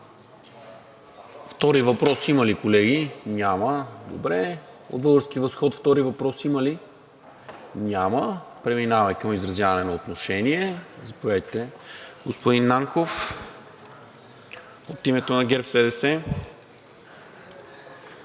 втори въпрос? Няма. От „Български възход“ втори въпрос има ли? Няма. Преминаваме към изразяване на отношение. Заповядайте, господин Нанков, от името на ГЕРБ-СДС.